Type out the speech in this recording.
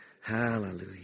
Hallelujah